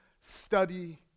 study